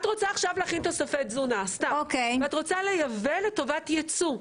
את רוצה עכשיו להכין תוספי תזונה ואת רוצה לייבא לטובת ייצוא,